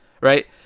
right